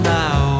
now